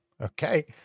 okay